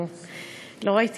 אדוני השר,